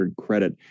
Credit